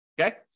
Okay